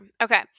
Okay